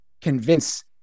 convince